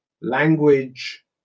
language